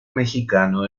mexicano